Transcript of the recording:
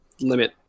limit